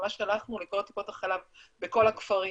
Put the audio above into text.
ממש הלכנו לכל טיפות החלב בכל הכפרים,